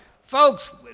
Folks